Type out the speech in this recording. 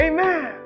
Amen